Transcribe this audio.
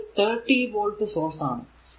ഇതൊരു 30 volt source ആണ്